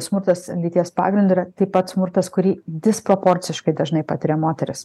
smurtas lyties pagrindu yra taip pat smurtas kurį disproporciškai dažnai patiria moterys